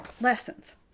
lessons